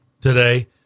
today